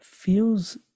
feels